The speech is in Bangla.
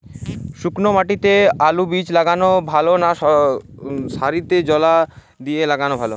শুক্নো মাটিতে আলুবীজ লাগালে ভালো না সারিতে জল দিয়ে লাগালে ভালো?